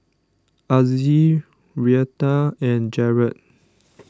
Azzie Reatha and Jarrett